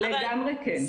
לגמרי כן.